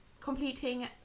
completing